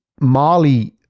Mali